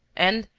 and,